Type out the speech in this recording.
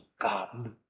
God